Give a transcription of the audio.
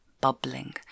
bubbling